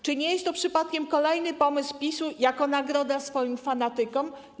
Czy nie jest to przypadkiem kolejny pomysł PiS-u jako nagroda dla swoich fanatyków?